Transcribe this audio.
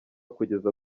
kugeza